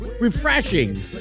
Refreshing